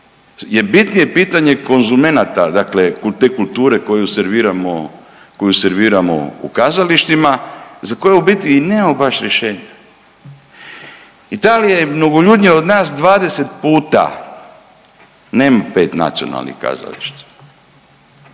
je bitnije pitanje konzumenta dakle te kulture koju serviramo, koju serviramo u kazalištima za koju u biti i nemamo baš rješenja. Italija je mnogoljudnija od nas 20 puta nema 5 nacionalnih kazališta,